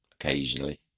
Occasionally